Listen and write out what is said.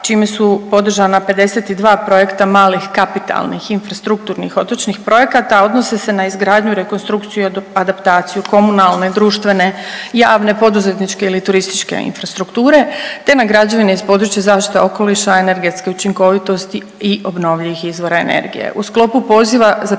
čime su podržana 52 projekta malih kapitalnih infrastrukturnih otočnih projekata, a odnose se na izgradnju, rekonstrukciju i adaptaciju komunalne, društvene, javne, poduzetničke ili turističke infrastrukture te na građevine iz područja zaštite okoliša, energetske učinkovitosti i obnovljivih izvora energije.